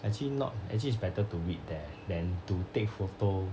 actually not actually it's better to read there then to take photo